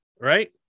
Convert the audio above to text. Right